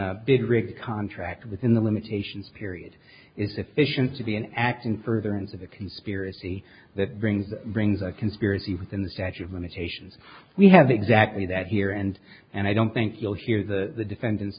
rig contract within the limitations period is sufficient to be an act in furtherance of a conspiracy that brings brings a conspiracy within the statute of limitations we have exactly that here and and i don't think you'll hear the defendant